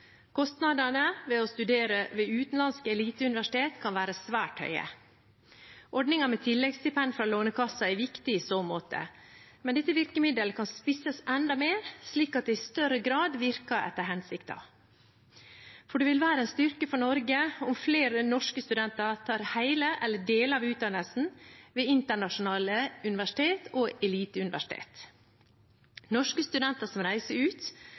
Kostnadene ved å studere ved utenlandske eliteuniversitet kan være svært høye. Ordningen med tilleggsstipend fra Lånekassen er viktig i så måte, men dette virkemiddelet kan spisses enda mer, slik at det i større grad virker etter hensikten, for det vil være en styrke for Norge om flere norske studenter tar hele eller deler av utdannelsen ved internasjonale universitet og eliteuniversitet. Norske studenter som reiser ut